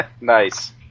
Nice